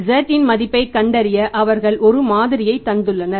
z இன் மதிப்பைக் கண்டறிய அவர்கள் ஒரு மாதிரியை தந்துள்ளனர்